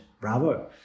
bravo